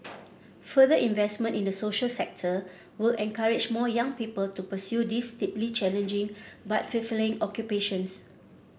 further investment in the social sector will encourage more young people to pursue these deeply challenging but fulfilling occupations